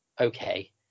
okay